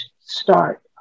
start